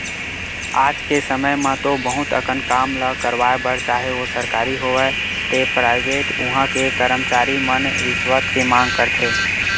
आज के समे म तो बहुत अकन काम ल करवाय बर चाहे ओ सरकारी होवय ते पराइवेट उहां के करमचारी मन रिस्वत के मांग करथे